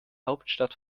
hauptstadt